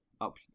up